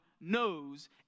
knows